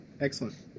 Excellent